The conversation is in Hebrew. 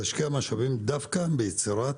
להשקיע משאבים דווקא ביצירת